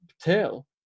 tail